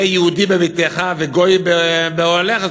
היה יהודי בביתך וגוי באוהליך,